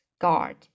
Guard